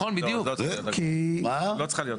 לא צריכה להיות.